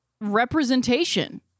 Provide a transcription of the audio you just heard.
representation